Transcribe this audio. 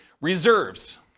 reserves